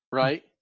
right